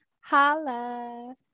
holla